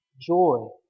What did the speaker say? Joy